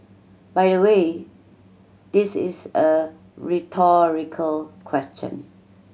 by the way this is a rhetorical question